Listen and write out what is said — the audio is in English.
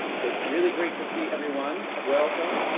so really great to see everyone. welcome.